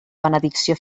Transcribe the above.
benedicció